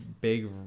big